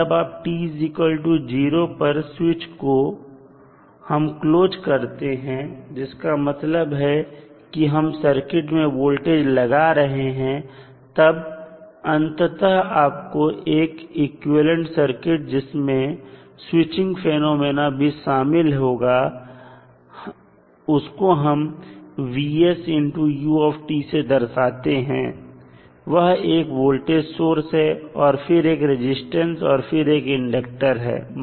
जब t0 पर switch को हम क्लोज करते हैं जिसका मतलब है कि हम सर्किट में वोल्टेज लगा रहे हैं और तब अंततः आपको एक इक्विवेलेंट सर्किट जिसमें स्विचिंग फिनोमेना भी शामिल है उसको हम से दर्शाते हैं वह एक वोल्टेज सोर्स है और फिर एक रजिस्टेंस और फिर इंडक्टर L है